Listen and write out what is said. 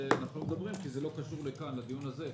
על זה אנחנו לא מדברים כי זה לא קשור לדיון הזה.